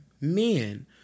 men